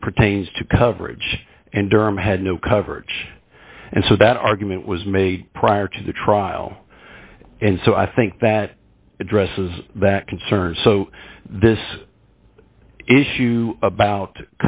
it pertains to coverage and durham had no coverage and so that argument was made prior to the trial and so i think that addresses that concern so this issue about